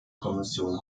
kommission